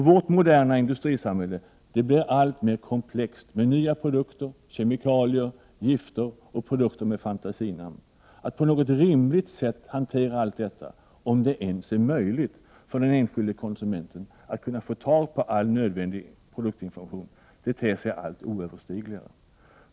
Vårt moderna industrisamhälle blir alltmer komplext med nya produkter, kemikalier, gifter och produkter med fantasinamn. Att på något rimligt sätt hantera allt detta — om det ens är möjligt för den enskilde konsumenten att få tag i all nödvändig produktinformation — ter sig allt oöverstigligare.